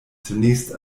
zunächst